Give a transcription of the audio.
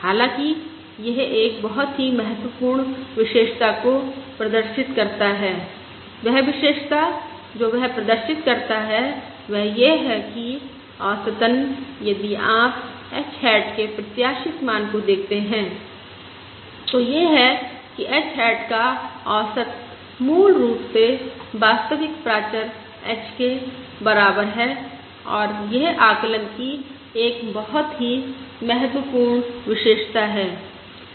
हालांकि यह एक बहुत ही महत्वपूर्ण विशेषता को प्रदर्शित करता है और वह विशेषता जो वह प्रदर्शित करता है वह यह है कि औसतन यदि आप h हैट के प्रत्याशित मान को देखते हैं तो यह है कि h हैट का औसत मूल रूप से वास्तविक प्राचर h के बराबर है और यह आकलन की एक बहुत ही महत्वपूर्ण विशेषता है